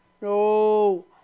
No